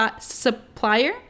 supplier